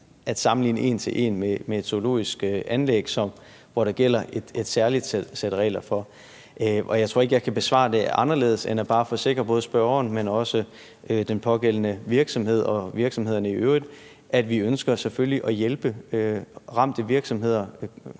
at sammenligne en til en med zoologiske anlæg, hvor der gælder et særligt sæt regler. Og jeg tror ikke, jeg kan besvare det anderledes end ved bare at forsikre både spørgeren, men også den pågældende virksomhed og virksomhederne i øvrigt om, at vi selvfølgelig ønsker at hjælpe ramte virksomheder